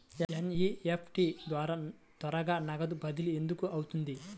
NEFT ద్వారా త్వరగా నగదు బదిలీ ఎందుకు అవుతుంది?